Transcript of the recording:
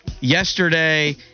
yesterday